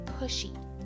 pushy